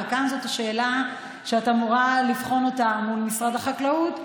וכאן זאת השאלה שאת אמורה לבחון מול משרד החקלאות,